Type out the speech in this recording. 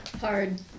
Hard